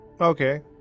Okay